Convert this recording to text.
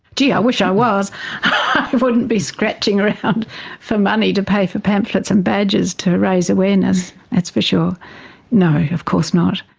gee, i wish i was! i wouldn't be scratching around for money to pay for pamphlets and badges to raise awareness, that's for sure. no, of course not.